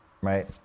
right